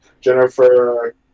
Jennifer